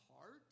heart